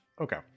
Okay